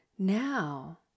Now